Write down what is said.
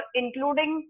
including